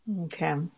Okay